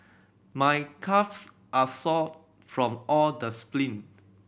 my calves are sore from all the